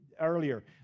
earlier